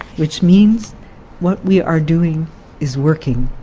which means what we are doing is working.